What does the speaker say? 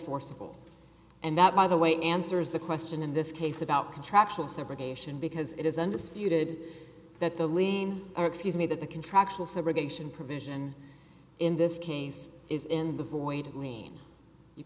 enforceable and that by the way answers the question in this case about contractual subrogation because it is undisputed that the lien or excuse me that the contractual subrogation provision in this case is in the void lien you